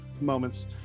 moments